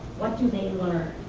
what do they learn?